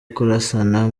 kurasana